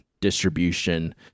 distribution